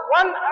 one